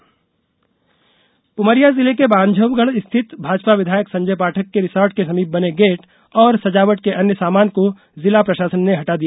resort कार्यवाही उमरिया जिले के बांधवगढ स्थित भाजपा विधायक संजय पाठक के रिसार्ट के समिप बने गेट और सजावट के अन्य सामानों को जिला प्रशासन ने हटा दिया